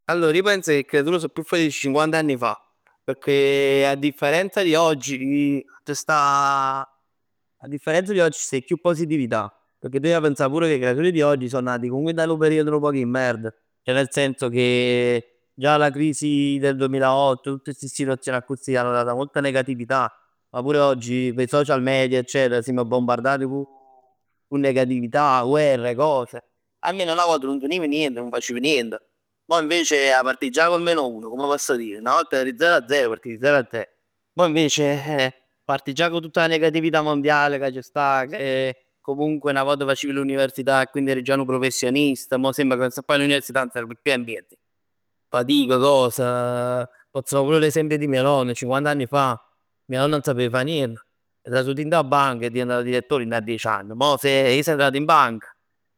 Allor ij penz ch' 'e creatur so chiù felici cinquant'anni fa, pecchè a differenza di oggi, chi c' sta, a differenza di oggi c' sta chiù positività. Pecchè tu 'a pensa pur ch' 'e creatur di oggi so nati pur dint 'a nu periodo nu poc 'e merd, ceh nel senso che già la crisi del duemilaotto, tutt sti situazion accussì, hanno dato molta negatività. Ma pure oggi cu 'e social media eccetera simm bombardati cu negatività, guerre, cose. Almeno 'na vot nun teniv niente, nun faciv niente. Mo invece 'a partì già con il meno uno, come posso dire? Una volta eri zero a zero, partivi zero a zero. Mo invece parti già co tutta la negatività mondiale ch' c' sta che comunque 'na vot facevi l'università e quindi eri già 'nu professionist. Mo sembra 'ca si faj l'università nun serv chiù 'a nient. Fatic, cos, pozz fa pur l'esempio di mio nonno. Cinquant'anni fa mio nonno nun sape fa nient, è trasut dint 'a banc, è diventato direttore dint 'a diec anni. Mo se- sei entrato in banca